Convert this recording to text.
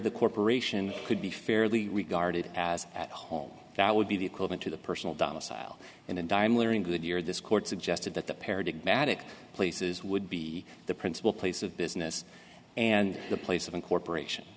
the corporation could be fairly regarded as at home that would be the equivalent to the personal domicile and a dime learning goodyear this court suggested that the parodic matic places would be the principal place of business and the place of incorporation